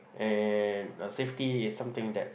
and uh safety is something that